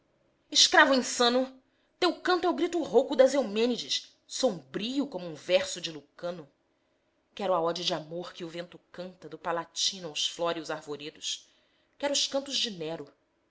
escravo insano teu canto é o grito rouco das eumênides sombrio como um verso de lucano quero a ode de amor que o vento canta do palatino aos flóreos arvoredos quero os cantos de nero